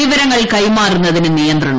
വിവരങ്ങൾ കൈമാറുന്നതിന് നിയന്ത്രണം